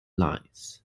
lines